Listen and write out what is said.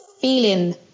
feeling